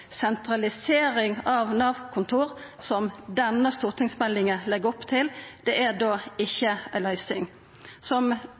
Sentralisering av Nav-kontor, som denne stortingsmeldinga legg opp til, er ikkje ei løysing. Som